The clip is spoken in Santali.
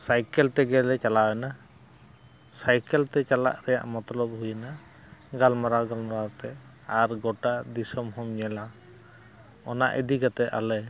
ᱥᱟᱭᱠᱮᱞ ᱛᱮᱜᱮ ᱞᱮ ᱪᱟᱞᱟᱣ ᱮᱱᱟ ᱥᱟᱭᱠᱮᱞ ᱛᱮ ᱪᱟᱞᱟᱜ ᱨᱮᱭᱟᱜ ᱢᱚᱛᱞᱚᱵ ᱦᱩᱭᱮᱱᱟ ᱜᱟᱞᱢᱟᱨᱟᱣ ᱜᱟᱞᱢᱟᱨᱟᱣ ᱛᱮ ᱟᱨ ᱜᱚᱴᱟ ᱫᱤᱥᱚᱢ ᱦᱚᱸᱢ ᱧᱮᱞᱟ ᱚᱱᱟ ᱤᱫᱤ ᱠᱟᱛᱮ ᱟᱞᱮ